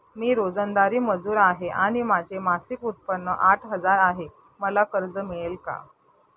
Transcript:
मी रोजंदारी मजूर आहे आणि माझे मासिक उत्त्पन्न आठ हजार आहे, मला कर्ज मिळेल का?